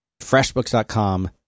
FreshBooks.com